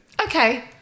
Okay